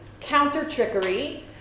counter-trickery